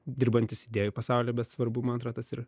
dirbantis idėjų pasauly bet svarbu man atro tas ir